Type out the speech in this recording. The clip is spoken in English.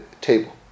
table